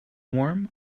warm